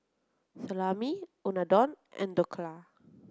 Salami Unadon and Dhokla